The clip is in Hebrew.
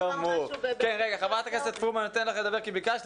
חברת הכנסת פרומן בבקשה.